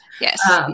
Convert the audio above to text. Yes